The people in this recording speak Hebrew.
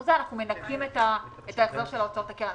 תמלוגים אנחנו מנכים את החזר הוצאות הקרן,